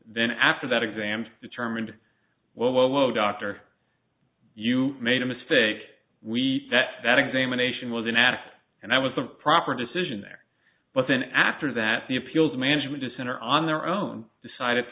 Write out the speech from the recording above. then after that exam determined well oh dr you made a mistake we that that examination was an ass and i was the proper decision there but then after that the appeals management center on their own decided